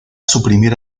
suprimir